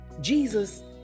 Jesus